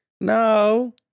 No